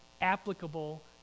applicable